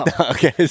Okay